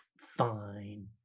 fine